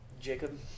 jacob